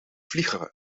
vliegeren